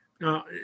Now